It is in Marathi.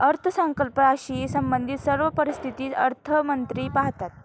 अर्थसंकल्पाशी संबंधित सर्व परिस्थिती अर्थमंत्री पाहतात